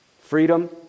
Freedom